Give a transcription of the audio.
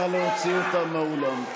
נא להוציא אותם מהאולם.